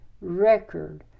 Record